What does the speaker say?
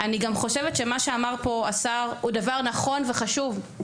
אני חושבת שמה שאמר פה השר הוא דבר נכון וחשוב,